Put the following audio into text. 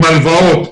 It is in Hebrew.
עם הלוואות,